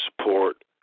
support